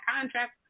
contract